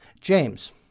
James